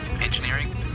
Engineering